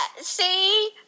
See